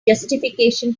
justification